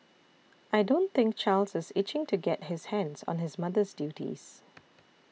I don't think Charles is itching to get his hands on his mother's duties